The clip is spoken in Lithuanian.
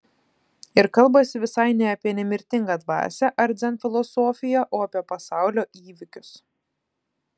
ir kalbasi visai ne apie nemirtingą dvasią ar dzen filosofiją o apie pasaulio įvykius